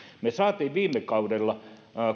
me saimme viime kaudella